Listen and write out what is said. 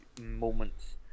moments